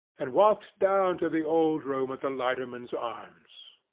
and walked down to the old room at the lighterman's arms.